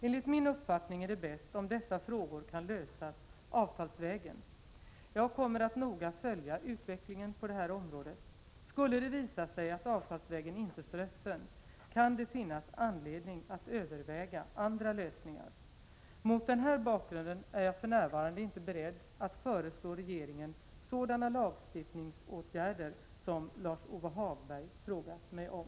Enligt min uppfattning är det bäst om dessa frågor kan lösas avtalsvägen. Jag kommer att noga följa utvecklingen på det här området. Skulle det visa sig att avtalsvägen inte står öppen, kan det finnas anledning att överväga andra lösningar. Mot den här bakgrunden är jag för närvarande inte beredd att föreslå regeringen sådana lagstiftningsåtgärder som Lars-Ove Hagberg frågat mig om.